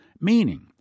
Meaning